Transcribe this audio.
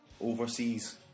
Overseas